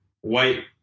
white